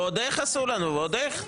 ועוד איך עשנו לנו, ועוד איך.